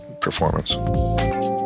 performance